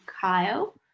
kyle